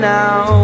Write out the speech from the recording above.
now